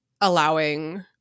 allowing